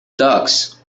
ducks